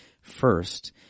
first